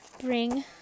bring